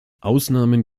ausnahmen